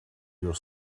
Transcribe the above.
your